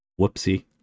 whoopsie